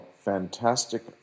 Fantastic